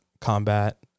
combat